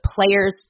players